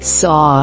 saw